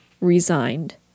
resigned